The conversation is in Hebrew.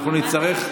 אנחנו נצטרך,